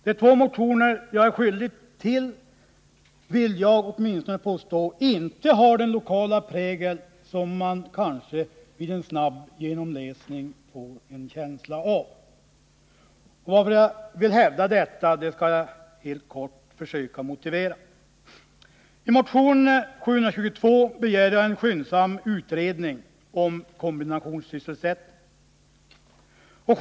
De två motioner jag är skyldig till har inte, vill jag påstå, den lokala prägel som man kanske vid en snabb genomläsning får en känsla av. Varför jag hävdar detta skall jag helt kort försöka motivera. I motion 722 begär jag en skyndsam utredning om kombinationssysselsättning.